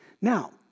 Now